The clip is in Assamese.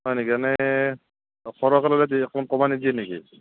হয় নেকি এনে দিয়ে অকণ কমাই নিদিয়ে নেকি